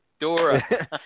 Dora